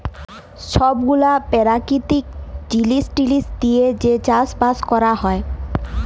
ছব গুলা পেরাকিতিক জিলিস টিলিস দিঁয়ে যে চাষ বাস ক্যরে